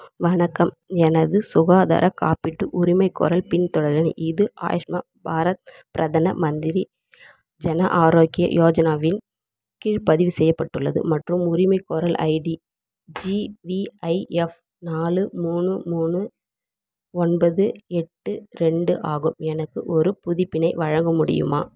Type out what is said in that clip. வணக்கம் எனது சுகாதார காப்பீட்டு உரிமைக்கோரல் பின்தொடரில் இது ஆய்ஸ்மா பாரத் பிரதம மந்திரி ஜன ஆரோக்கிய யோஜனாவில் கீழ் பதிவு செய்யப்பட்டுள்ளது மற்றும் உரிமைக்கோரல் ஐடி ஜிவிஐஎஃப் நாலு மூணு மூணு ஒன்பது எட்டு ரெண்டு ஆகும் எனக்கு ஒரு புதுப்பினை வழங்க முடியுமா